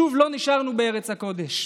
שוב לא נשארנו בארץ הקודש.